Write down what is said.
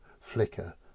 flicker